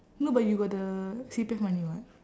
no but you got the C_P_F money [what]